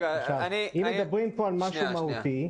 אם מדברים פה על משהו מהותי,